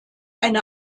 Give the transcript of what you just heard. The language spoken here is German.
eine